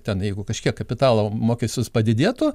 ten jeigu kažkiek kapitalo mokestis padidėtų